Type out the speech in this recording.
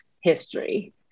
history